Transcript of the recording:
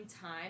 time